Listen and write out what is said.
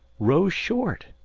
row short!